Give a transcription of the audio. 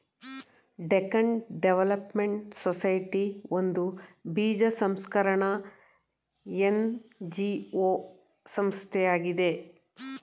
Deccan development society ಒಂದು ಬೀಜ ಸಂಸ್ಕರಣ ಎನ್.ಜಿ.ಒ ಸಂಸ್ಥೆಯಾಗಿದೆ